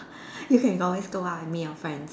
you can always go out with me or friends